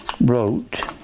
wrote